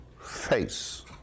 face